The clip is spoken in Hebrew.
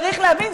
צריך להבין,